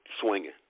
swinging